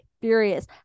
furious